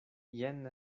jen